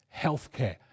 healthcare